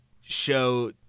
show